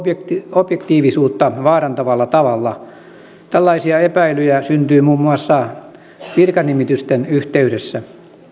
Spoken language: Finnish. objektiivisuutta vaarantavalla tavalla tällaisia epäilyjä syntyy muun muassa virkanimitysten yhteydessä